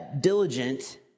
diligent